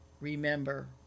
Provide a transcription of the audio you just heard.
remember